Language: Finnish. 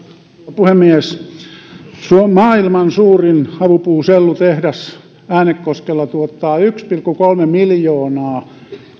puhemies maailman suurin havupuusellutehdas äänekoskella tuottaa yksi pilkku kolme miljoonaa